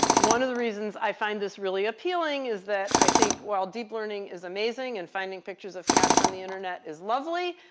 one of the reasons i find this really appealing is that i think while deep learning is amazing and finding pictures of cats on the internet is lovely,